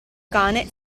cane